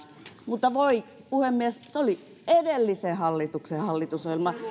mutta voi puhemies se oli edellisen hallituksen hallitusohjelma